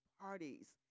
parties